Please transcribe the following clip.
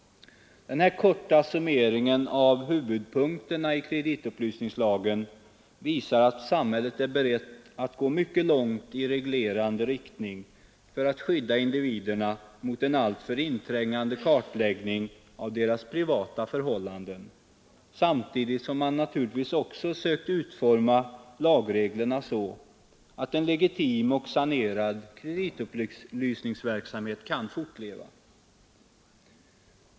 Denna korta summering av huvudpunkterna i kreditupplysningslagen visar att samhället är berett att gå mycket långt i reglerande riktning för att skydda individerna mot en alltför inträngande kartläggning av deras privata förhållanden samtidigt som man naturligtvis också sökt utforma lagreglerna så att en legitim och sanerad kreditupplysningsverksamhet kan fortleva.